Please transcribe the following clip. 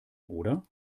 oder